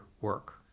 work